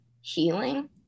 healing